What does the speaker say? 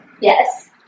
Yes